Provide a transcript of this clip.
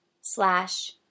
slash